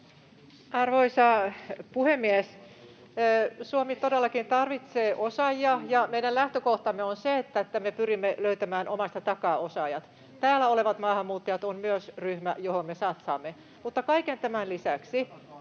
Arvoisa puhemies! Suomi todellakin tarvitsee osaajia, ja meidän lähtökohtamme on se, että me pyrimme löytämään omasta takaa osaajat. Täällä olevat maahanmuuttajat on myös ryhmä, johon me satsaamme. Mutta kaiken tämän lisäksi,